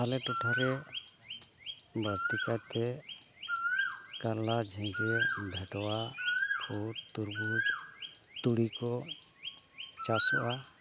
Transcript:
ᱟᱞᱮ ᱴᱚᱴᱷᱟᱨᱮ ᱵᱟᱹᱲᱛᱤ ᱠᱟᱭᱛᱮ ᱠᱟᱞᱞᱟ ᱡᱷᱤᱸᱜᱟᱹ ᱵᱷᱮᱰᱣᱟ ᱯᱷᱩᱴ ᱛᱩᱨᱵᱩᱡᱽ ᱛᱩᱲᱤ ᱠᱚ ᱪᱟᱥᱚᱜᱼᱟ